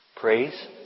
Praise